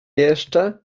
jeszcze